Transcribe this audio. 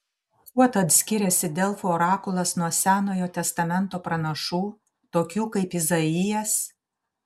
kuo tad skiriasi delfų orakulas nuo senojo testamento pranašų tokių kaip izaijas